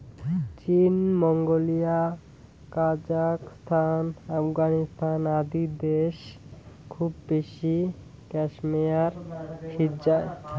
চীন, Mongolia, Kazakhstan, Afghanistan আদি দ্যাশ খুব বেশি ক্যাশমেয়ার সিজ্জায়